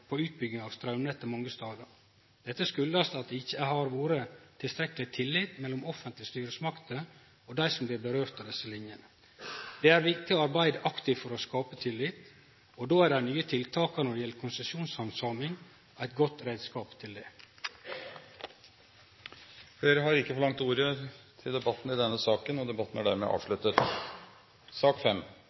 utbygging av straumnettet mange stader. Dette kjem av at det ikkje har vore tilstrekkeleg tillit mellom offentlege styresmakter og dei som desse linjene vedkjem. Det er viktig å arbeide aktivt for å skape tillit, og då er dei nye tiltaka når det gjeld konsesjonshandsaming, ein god reiskap til det. Flere har ikke bedt om ordet til sak nr. 4. Etter ønske fra energi- og